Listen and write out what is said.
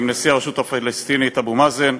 עם נשיא הרשות הפלסטינית אבו מאזן,